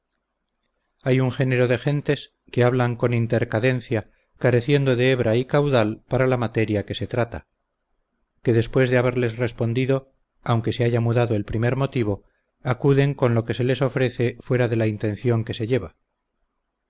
hay un género de gentes que hablan con intercadencia careciendo de hebra y caudal para la materia que se trata que después de haberles respondido aunque se haya mudado el primer motivo acuden con lo que se les ofrece fuera de la intención que se lleva